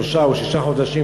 שלושה או שישה חודשים,